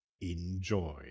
Enjoy